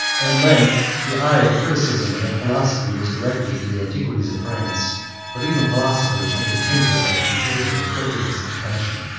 at length the eye of criticism and philosophy was directed to the antiquities of france but even philosophers have been tainted by the contagion of prejudice and passion.